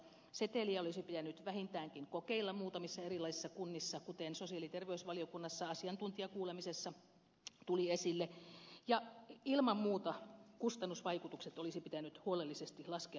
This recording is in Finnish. seteliä olisi pitänyt vähintäänkin kokeilla muutamissa erilaisissa kunnissa kuten sosiaali ja terveysvaliokunnassa asiantuntijakuulemisessa tuli esille ja ilman muuta kustannusvaikutukset olisi pitänyt huolellisesti laskea etukäteen